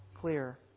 clear